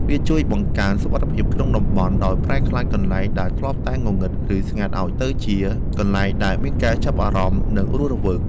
វាជួយបង្កើនសុវត្ថិភាពក្នុងតំបន់ ដោយប្រែក្លាយកន្លែងដែលធ្លាប់តែងងឹត ឬស្ងាត់ឱ្យទៅជាកន្លែងដែលមានការចាប់អារម្មណ៍ និងរស់រវើក។